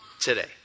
today